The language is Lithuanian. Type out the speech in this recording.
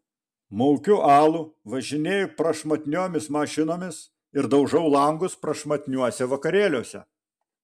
maukiu alų važinėju prašmatniomis mašinomis ir daužau langus prašmatniuose vakarėliuose